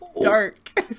Dark